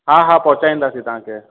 हा हा पहुचाईंदासीं तव्हांखे